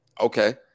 okay